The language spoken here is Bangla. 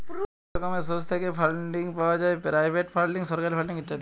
অলেক রকমের সোর্স থ্যাইকে ফাল্ডিং পাউয়া যায় পেরাইভেট ফাল্ডিং, সরকারি ফাল্ডিং ইত্যাদি